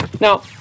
Now